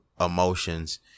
emotions